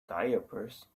diapers